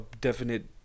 definite